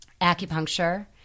Acupuncture